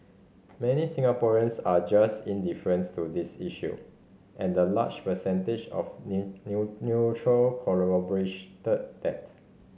many Singaporeans are just indifference to this issue and the large percentage of neutral that